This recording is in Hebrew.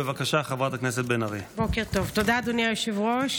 מזמין את חברת הכנסת מירב בן ארי לשאול את השאילתה הראשונה,